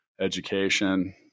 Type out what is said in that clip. education